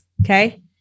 Okay